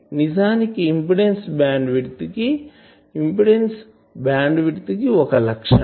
నిజానికి impedance bandwidth కి ఒక లక్షణం